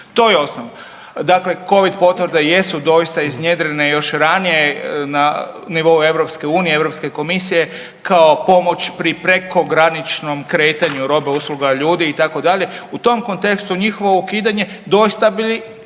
to je osnovno. Dakle, covid potvrde jesu doista iznjedrene još ranije na nivou EU, Europske komisije kao pomoć pri prekograničnom kretanju roba, usluga, ljudi itd. u tom kontekstu njihovo ukidanje doista bi